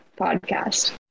podcast